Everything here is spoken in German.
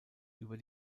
über